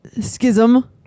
schism